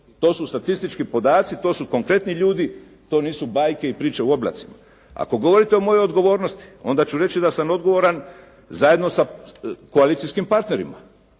To su statistički podaci, to su konkretni ljudi. To nisu bajke i priče u oblacima. Ako govorite o mojoj odgovornosti, onda ću reći da sam odgovoran zajedno sa koalicijskim partnerima,